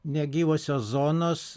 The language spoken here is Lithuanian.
negyvosios zonos